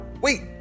wait